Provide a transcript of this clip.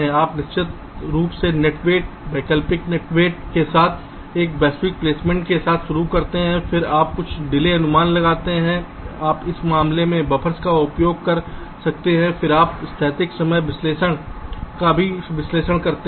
आप निश्चित रूप से नेट वेट वैकल्पिक नेट वेट के साथ एक वैश्विक प्लेसमेंट के साथ शुरू करते हैं फिर आप कुछ डिले अनुमान लगाते हैं आप इस मामले में बफ़र्स का उपयोग कर सकते हैं फिर आप स्थैतिक समय विश्लेषण का फिर से विश्लेषण करते हैं